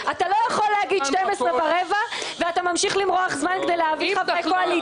אתה לא יכול להגיד 12:15 וממשיך למרוח זמן כדי להביא חברי קואליציה.